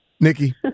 Nikki